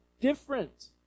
different